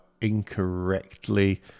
incorrectly